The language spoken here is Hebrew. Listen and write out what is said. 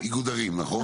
איגוד ערים נכון?